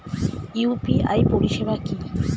UPI পরিষেবা কি?